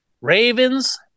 Ravens